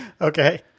Okay